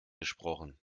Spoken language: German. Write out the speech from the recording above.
gesprochen